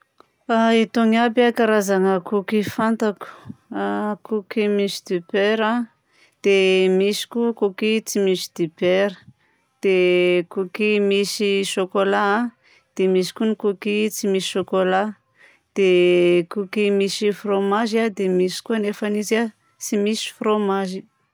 Itony aby a karazagna cookie fantako: cookie misy dibera, dia cookie tsy misy dibera, dia cookie misy chocolat a, dia misy koa ny cookie tsy misy chocolat. Dia cookie misy frômazy a, dia misy koa anefany izy a tsy misy frômazy.